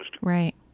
Right